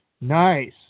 Nice